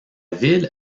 ville